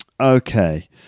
Okay